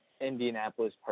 Indianapolis